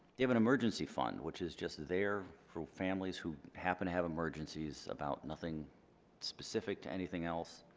you have an emergency fund, which is just there for families who happen to have emergencies about nothing specific to anything else.